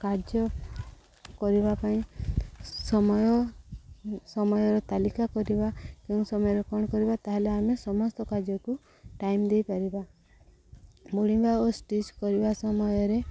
କାର୍ଯ୍ୟ କରିବା ପାଇଁ ସମୟ ସମୟର ତାଲିକା କରିବା କେଉଁ ସମୟରେ କ'ଣ କରିବା ତା'ହେଲେ ଆମେ ସମସ୍ତ କାର୍ଯ୍ୟକୁ ଟାଇମ୍ ଦେଇପାରିବା ବୁଣିବା ଓ ଷ୍ଟିଚିଂ କରିବା ସମୟରେ